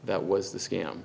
that was the scam